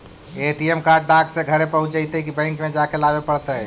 ATM card डाक से घरे पहुँच जईतै कि बैंक में जाके लाबे पड़तै?